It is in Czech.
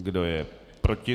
Kdo je proti?